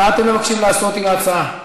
מה אתם מבקשים לעשות עם ההצעה?